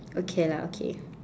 okay lah okay